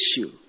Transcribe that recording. issue